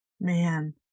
Man